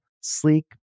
sleek